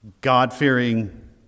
God-fearing